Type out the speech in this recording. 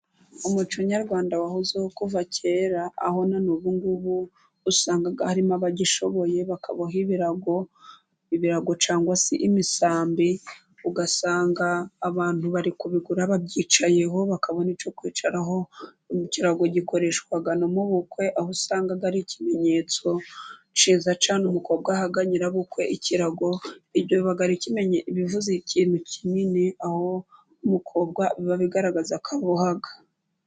Umuco nyarwanda wahozeho kuva kera aho ubungubu usanga harimo abagishoboye bakaboha ibirago cangwa se imisambi. Ugasanga abantu bari kubigura babyicaraho bakabona icyo kwicaraho, aho ikirago gikoreshwa no mububukwe, aho usangaga ari ikimenyetso cyiza cyane, umukobwa ahag nyirabukwe ikirago bivuze ikintu kinini aho k'umukobwa biba bigaragaza ko afite ubuhanga.